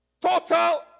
total